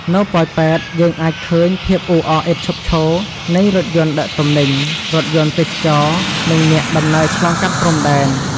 នៅប៉ោយប៉ែត យើងអាចឃើញ ភាពអ៊ូអរឥតឈប់ឈរ នៃរថយន្តដឹកទំនិញ រថយន្តទេសចរណ៍ និងអ្នកដំណើរឆ្លងកាត់ព្រំដែន។